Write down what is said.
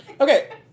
Okay